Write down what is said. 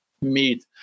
meet